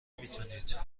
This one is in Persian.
میتونید